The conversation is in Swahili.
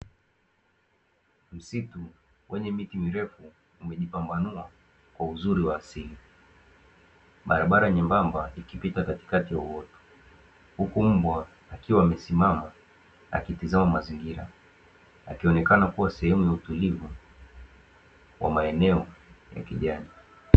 Msitu wenye miti mirefu umejipambanua kwa uzuri wa asili, barabara nyembamba ikipita katikati ya uoto, huku mbwa akiwa amesimama akitizama mazingira akionekana kuwa sehemu ya utulivu kwa maeneo ya kijani.